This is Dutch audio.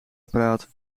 apparaat